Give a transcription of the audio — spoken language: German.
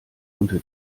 unter